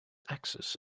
axis